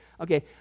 Okay